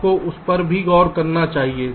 आपको उस पर भी गौर करना चाहिए